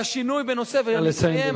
שהשינוי בנושא, נא לסיים.